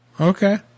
Okay